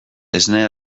esne